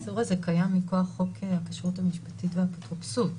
האיסור הזה קיים מכוח חוק הכשרות המשפטית והאפוטרופסות,